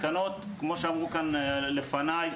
כמו שאמרו כאן לפניי,